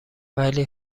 ولی